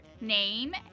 name